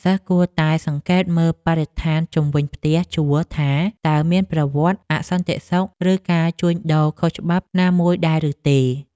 សិស្សគួរតែសង្កេតមើលបរិស្ថានជុំវិញផ្ទះជួលថា តើមានប្រវត្តិអសន្តិសុខឬការជួញដូរខុសច្បាប់ណាមួយដែរឬទេ។